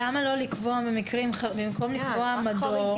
למה במקום לקבוע מדור,